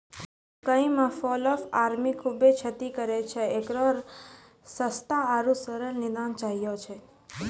मकई मे fall of army खूबे क्षति करेय छैय, इकरो सस्ता आरु सरल निदान चाहियो छैय?